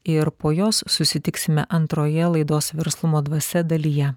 ir po jos susitiksime antroje laidos verslumo dvasia dalyje